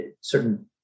certain